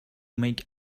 make